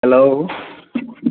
hello